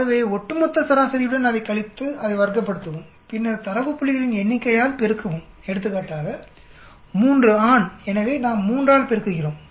ஆகவே ஒட்டுமொத்த சராசரியுடன் அதைக் கழித்து அதை வர்க்கப்படுத்தவும் பின்னர் தரவு புள்ளிகளின் எண்ணிக்கையால் பெருக்கவும் எடுத்துக்காட்டாக 3 ஆண் எனவே நாம் 3 ஆல் பெருக்குகிறோம்